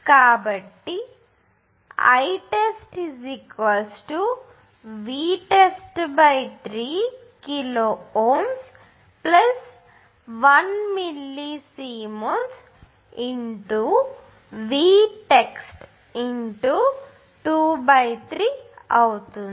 కాబట్టి నేను Itest Vtest3 kilo Ω 1 milli siemens x Vtest23అవుతుంది